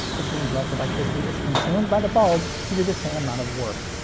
which means less electricity is consumed by the bulb to do the same amount of work.